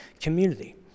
community